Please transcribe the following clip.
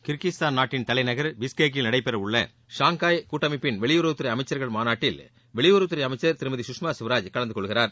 Kyrgyzstan நாட்டின் தலைநகர் பிஸ்கெக்கில் நடைபெற உள்ள ஷாங்காய் கூட்டமைப்பின் வெளியுறவுத் துறை அமைச்சர்கள் மாநாட்டில் வெளியுறவுத் துறை அமைச்சர் திருமதி சுஷ்மா சுவராஜ் கலந்துகொள்கிறார்